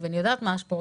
ואני יודעת מה ההשפעות,